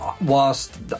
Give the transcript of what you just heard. whilst